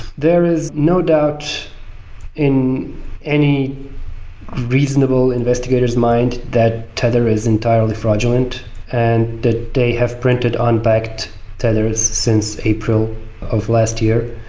there is no doubt in any reasonable investigator s mind that tether is entirely fraudulent and that they have printed unbacked tethers since april of last year.